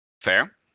Fair